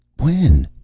when?